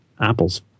Apple's